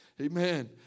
Amen